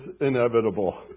inevitable